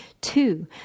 Two